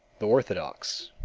the orthodox.